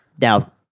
now-